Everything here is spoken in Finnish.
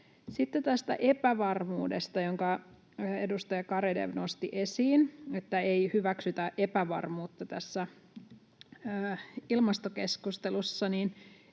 Sitten tästä epävarmuudesta, jonka edustaja Garedew nosti esiin, että ei hyväksytä epävarmuutta tässä ilmastokeskustelussa: